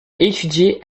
étudié